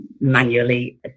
manually